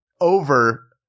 Over